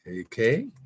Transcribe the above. Okay